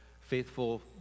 faithful